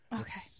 okay